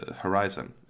horizon